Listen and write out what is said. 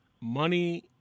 money